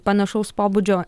panašaus pobūdžio